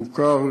מוכר,